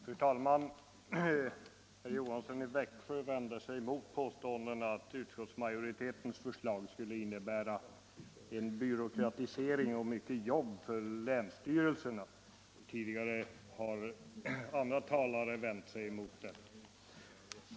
Fru talman! Herr Johansson i Växjö vände sig emot påståendena att utskottsmajoritetens förslag skulle innebära en byråkratisering och mycket arbete för länsstyrelserna, och andra talare har tidigare vänt sig mot dessa uppgifter.